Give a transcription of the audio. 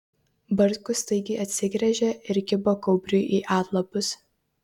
bartkus staigiai atsigręžė ir kibo kaubriui į atlapus